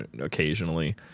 occasionally